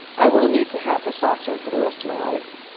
i will need to have testosterone for the rest of my life.